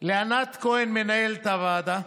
לענת כהן, מנהלת הוועדה,